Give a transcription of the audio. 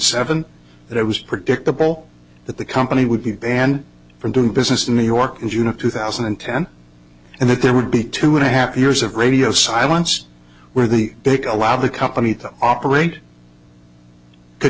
seven that it was predictable that the company would be banned from doing business in new york in june of two thousand and ten and that there would be two and a half years of radio silence where the big allow the company to operate could